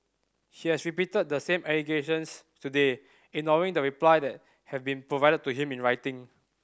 he has repeated the same allegations today ignoring the reply that have been provided to him in writing